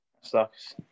Sucks